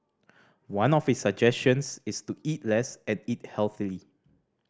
one of his suggestions is to eat less and eat healthily